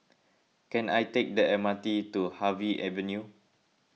can I take the M R T to Harvey Avenue